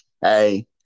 Hey